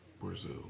Brazil